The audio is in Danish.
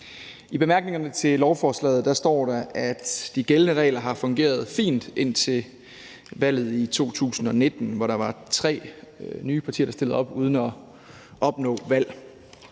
I bemærkningerne til beslutningsforslaget står der, at de gældende regler har fungeret fint indtil valget i 2019, hvor der var tre nye partier, der stillede op uden at opnå valg.